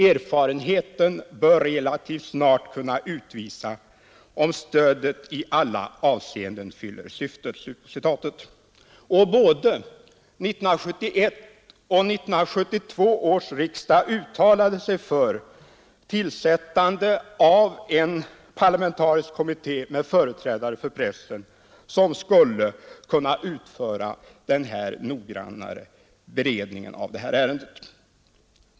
Erfarenheten bör relativt snart kunna utvisa om stödet i alla avseenden fyller syftet ———.” Både 1971 och 1972 års riksdag uttalade sig för tillsättande av en parlamentarisk kommitté med företrädare för pressen som skulle kunna utföra en mera noggrann beredning av ärendet.